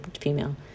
female